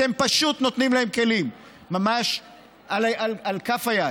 אתם פשוט נותנים להם כלים, ממש על כף היד.